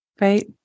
right